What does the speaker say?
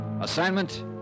Assignment